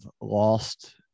lost